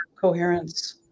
coherence